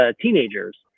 teenagers